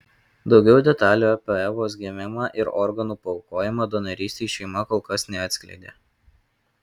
daugiau detalių apie evos gimimą ir organų paaukojimą donorystei šeima kol kas neatskleidė